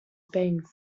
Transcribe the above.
bang